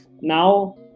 now